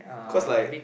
cause like